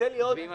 על